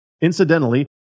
incidentally